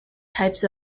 types